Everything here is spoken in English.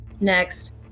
next